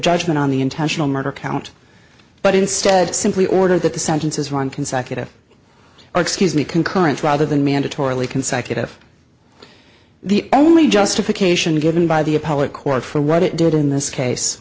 judgment on the intentional murder count but instead simply ordered that the sentences run consecutive or excuse me concurrent rather than mandatorily consecutive the only justification given by the appellate court for what it did in this case